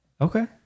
Okay